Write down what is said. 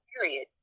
period